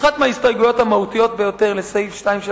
אחת ההסתייגויות המהותיות ביותר לסעיף 2 של